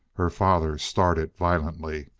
her father started violently.